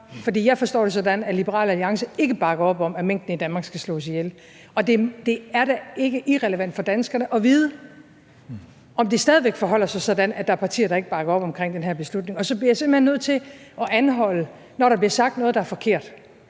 for jeg forstår det sådan, at Liberal Alliance ikke bakker op om, at minkene i Danmark skal slås ihjel, og det er da ikke irrelevant for danskerne at vide, om det stadig væk forholder sig sådan, at der er partier, der ikke bakker op omkring den her beslutning. Og så bliver jeg simpelt hen nødt til at anholde, når der bliver sagt noget, der er forkert.